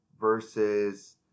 versus